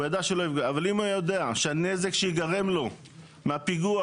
אבל אם היה יודע שהנזק שייגרם לו מהפיגוע